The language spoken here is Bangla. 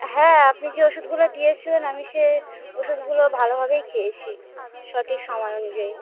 হ্যাঁ আপনি যে ওষুদগুলো দিয়েছিলেন আমি সে ওষুধগুলো ভালোভাবেই খেয়েছি সঠিক সময় অনুযায়ী